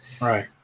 Right